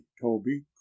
Toby